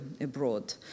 abroad